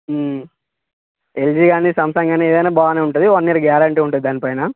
LG గానీ Samsung గానీ ఏదైనా బాగానే ఉంటుంది వన్ ఇయర్ గ్యారంటీ ఉంటుంది దానిపైన